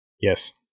Yes